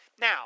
Now